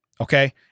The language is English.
Okay